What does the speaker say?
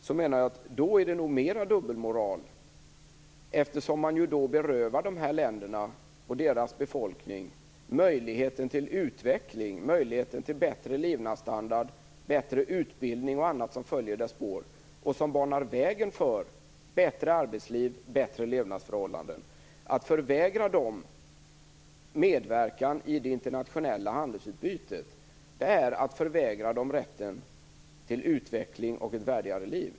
Jag menar att detta nog är mer dubbelmoral, eftersom man då berövar dessa länder och deras befolkning möjligheten till utveckling, möjligheten till bättre levnadsstandard, bättre utbildning och annat som följer i dess spår och som banar vägen för bättre arbetsliv och bättre levnadsförhållanden. Att förvägra dem medverkan i det internationella handelsutbytet är att förvägra dem rätten till utveckling och ett värdigare liv.